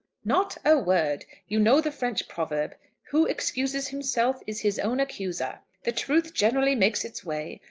not a word. you know the french proverb who excuses himself is his own accuser the truth generally makes its way.